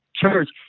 Church